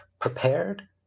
prepared